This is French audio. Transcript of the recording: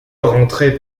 entraient